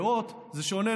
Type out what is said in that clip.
בהוט זה שונה,